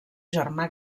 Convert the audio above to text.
germà